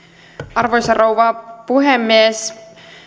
arvoisa rouva puhemies